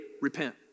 repent